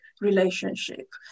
relationship